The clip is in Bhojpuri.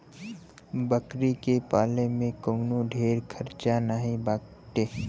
बकरी के पाले में कवनो ढेर खर्चा नाही बाटे